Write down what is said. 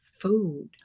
food